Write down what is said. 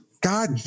God